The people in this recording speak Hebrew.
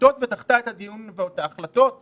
החלטות ודחתה את הדיון או את ההחלטות להיום.